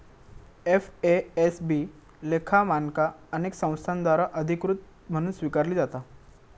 FASB लेखा मानका अनेक संस्थांद्वारा अधिकृत म्हणून स्वीकारली जाता